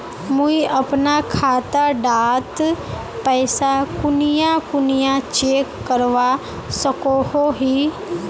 मुई अपना खाता डात पैसा कुनियाँ कुनियाँ चेक करवा सकोहो ही?